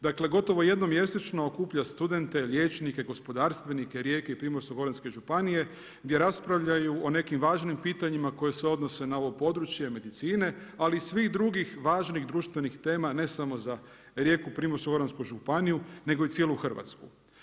Dakle gotovo jednom mjesečno okuplja studente, liječnike, gospodarstvenike Rijeke i Primorsko-goranske županije gdje raspravljaju o nekim važnim pitanjima koja se odnose na ovo područje medicine ali i svih drugih važnih društvenih tema ne samo za Rijeku, Primorsko-goransku županiju nego i cijelu Hrvatsku.